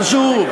חשוב.